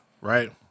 right